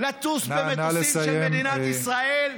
לטוס במטוסים של מדינת ישראל?